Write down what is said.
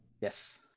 Yes